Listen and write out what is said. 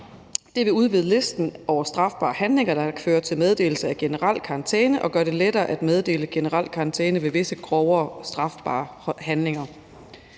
Det vil udvide listen over strafbare handlinger, der fører til meddelelse af generel karantæne, og det vil gøre det lettere at meddele generel karantæne ved visse grovere og strafbare handlinger.